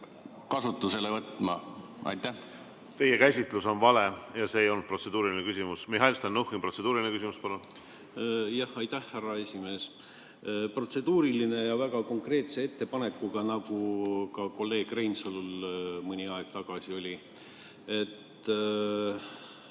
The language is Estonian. küsimus, palun! Teie käsitlus on vale ja see ei olnud protseduuriline küsimus. Mihhail Stalnuhhin, protseduuriline küsimus, palun! Aitäh, härra esimees! Protseduuriline ja väga konkreetse ettepanekuga, nagu ka kolleeg Reinsalul mõni aeg tagasi oli. Ma